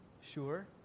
Sure